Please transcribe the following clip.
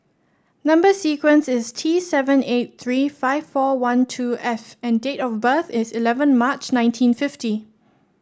number sequence is T seven eight three five four one two F and date of birth is eleven March nineteen fifty